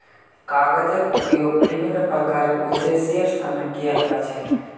कागजेर उपयोग विभिन्न प्रकारेर उद्देश्येर तने कियाल जा छे